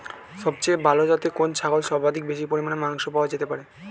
সবচেয়ে ভালো যাতে কোন ছাগল থেকে সর্বাধিক বেশি পরিমাণে মাংস পাওয়া যেতে পারে?